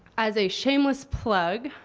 as a shameless plug,